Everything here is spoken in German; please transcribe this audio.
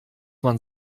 man